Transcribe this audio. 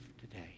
today